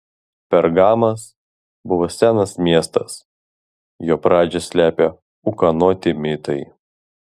pergamas buvo senas miestas jo pradžią slepia ūkanoti mitai